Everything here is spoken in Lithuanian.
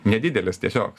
nedidelis tiesiog